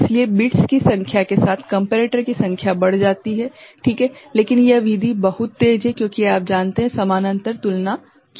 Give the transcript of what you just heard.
इसलिए बिट्स की संख्या के साथ कम्पेरेटर की संख्या बढ़ जाती है ठीक है लेकिन यह विधि बहुत तेज है क्योंकि आप जानते हैं समानांतर तुलना की जा रही है